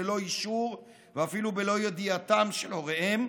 ללא אישור ואפילו בלא ידיעתם של הוריהם,